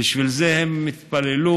בשביל זה הם התפללו,